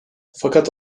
fakat